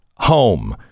home